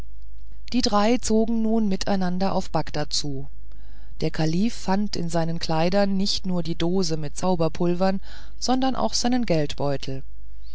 die drei zogen nun miteinander auf bagdad zu der kalif fand in seinen kleidern nicht nur die dose mit zauberpulver sondern auch seinen geldbeutel